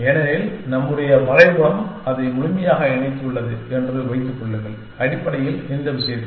ஏனெனில் நம்முடைய வரைபடம் அதை முழுமையாக இணைத்துள்ளது என்று வைத்துக் கொள்ளுங்கள் அடிப்படையில் இந்த விஷயத்தில்